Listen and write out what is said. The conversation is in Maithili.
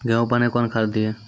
गेहूँ पहने कौन खाद दिए?